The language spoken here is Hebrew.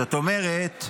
זאת אומרת,